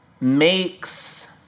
makes